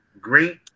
great